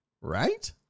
Right